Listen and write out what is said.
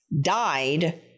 died